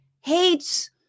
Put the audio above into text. hates